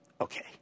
Okay